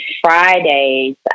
Fridays